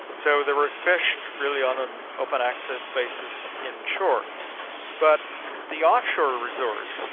so there were fished really on an open access basis inshore. but the offshore resource,